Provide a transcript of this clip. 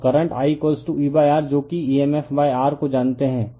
और current I E R जो कि emf R को जानता है